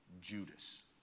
Judas